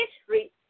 history